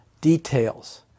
details